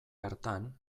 hartan